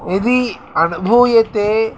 यदि अनुभूयते